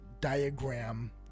diagram